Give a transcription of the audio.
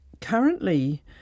Currently